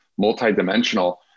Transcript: multidimensional